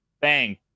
bang